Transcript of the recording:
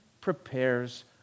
prepares